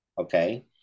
okay